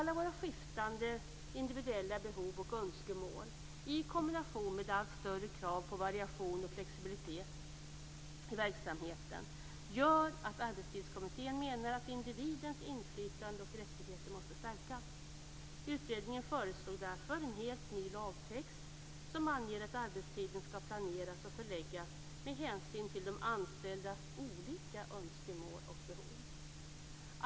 Alla våra skiftande individuella behov och önskemål i kombination med allt större krav på variation och flexibilitet i verksamheten gör att Arbetstidskommittén menar att individens inflytande och rättigheter måste stärkas. Utredningen föreslår därför en helt ny lagtext som anger att arbetstiden skall planeras och förläggas med hänsyn till de anställdas olika önskemål och behov.